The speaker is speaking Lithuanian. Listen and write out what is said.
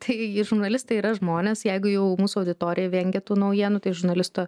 tai žurnalistai yra žmonės jeigu jau mūsų auditorija vengia tų naujienų tai žurnalisto